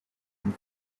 and